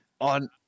on